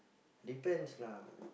depends lah